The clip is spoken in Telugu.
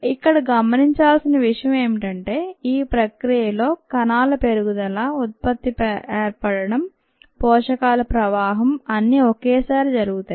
ఇక్కడ గమనించాల్సిన విషయం ఏమిటంటే ఈ ప్రక్రియలో కణాల పెరుగుదల ఉత్పత్తి ఏర్పడటం పోషకాల ప్రవాహం అన్నీ ఒకేసారి జరుగుతాయి